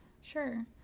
Sure